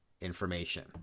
information